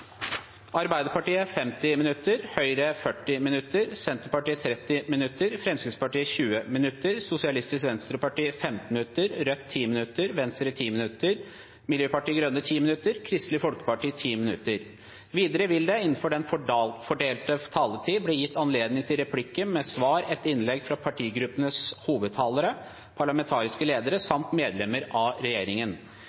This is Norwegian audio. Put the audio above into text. Arbeiderpartiet 50 minutter, Høyre 40 minutter, Senterpartiet 30 minutter, Fremskrittspartiet 20 minutter, Sosialistisk Venstreparti 15 minutter, Rødt 10 minutter, Venstre 10 minutter, Miljøpartiet De Grønne 10 minutter og Kristelig Folkeparti 10 minutter. Videre vil det – innenfor den fordelte taletid – bli gitt anledning til replikker med svar etter innlegg fra partigruppenes hovedtalere, parlamentariske ledere